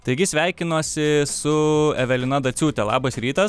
taigi sveikinuosi su evelina daciūte labas rytas